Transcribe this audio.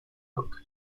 book